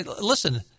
Listen